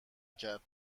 کرد